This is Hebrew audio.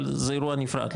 אבל זה אירוע נפרד,